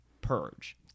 purge